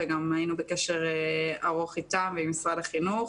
וגם היינו בקשר ארוך איתם ועם משרד החינוך.